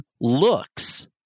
looks